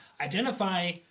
Identify